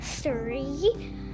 three